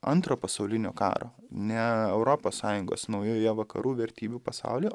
antro pasaulinio karo ne europos sąjungos naujoje vakarų vertybių pasaulyje